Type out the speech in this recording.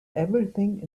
everything